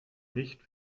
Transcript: nicht